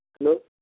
hello